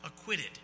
Acquitted